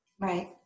Right